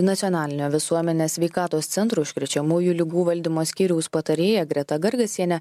nacionalinio visuomenės sveikatos centro užkrečiamųjų ligų valdymo skyriaus patarėja greta gargasienė